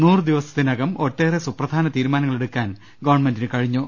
നൂറുദിവസത്തിനകം ഒട്ടേറെ സുപ്രധാന തീരുമാ നങ്ങളെടുക്കാൻ ഗവൺമെന്റിന് കഴിഞ്ഞു